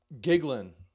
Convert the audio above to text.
giggling